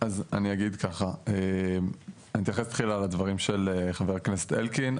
אני אתייחס תחילה לדברים של חבר הכנסת אלקין.